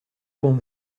con